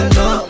no